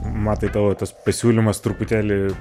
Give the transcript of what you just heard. matai tavo tas pasiūlymas truputėlį